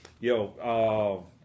Yo